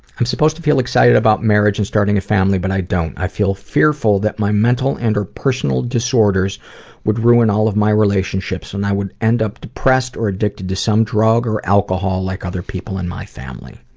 i'm supposed to feel excited about marriage and starting a family but i don't. i feel fearful that my mental and or personal disorders would ruin all of my relationships and i would end up depressed or addicted to some drug or alcohol like other people in my family.